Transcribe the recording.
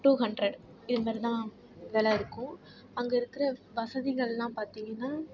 two hundred இதுமாரி தான் வெலை இருக்கும் அங்கே இருக்கிற வசதிகள்லாம் பார்த்தீங்கன்னா